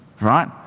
right